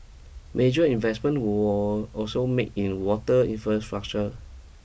major investment were also made in water infrastructure